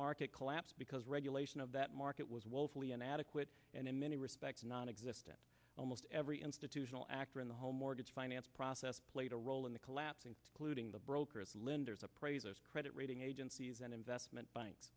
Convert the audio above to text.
market collapsed because regulation of that market was woefully inadequate and in many respects nonexistent almost every institutional actor in the whole mortgage finance process played a role in the collapsing looting the brokers lenders appraisers credit rating agencies and investment banks